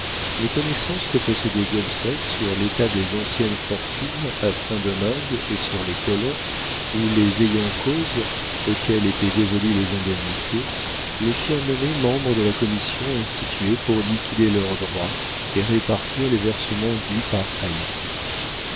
les connaissances que possédait gobseck sur l'état des anciennes fortunes à saint-domingue et sur les colons ou les ayants cause auxquels étaient dévolues les indemnités le firent nommer membre de la commission instituée pour liquider leurs droits et répartir les versements dus par